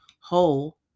whole